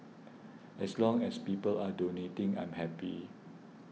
as long as people are donating I'm happy